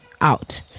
out